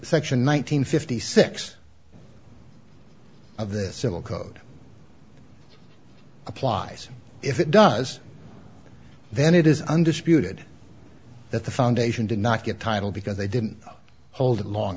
section one nine hundred fifty six of the civil code applies if it does then it is undisputed that the foundation did not get title because they didn't hold it long